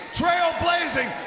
trailblazing